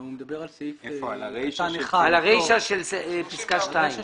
אני מדבר על הרישה של פסקה (2).